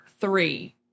three